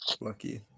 lucky